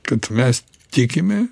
kad mes tikime